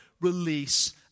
release